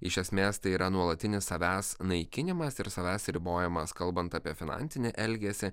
iš esmės tai yra nuolatinis savęs naikinimas ir savęs ribojimas kalbant apie finansinį elgesį